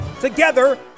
Together